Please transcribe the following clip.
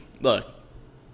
look